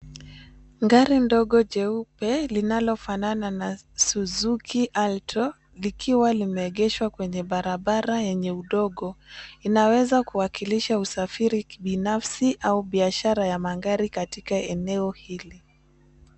Gari ndogo jeupe linalofanana na Suzuki Alto likiwa limeegshwa kwenye barabara yenye udongo. Inaweza kuwakilisha usafiri kibinafsi au biashara ya magari katika eneo hili.